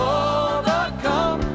overcome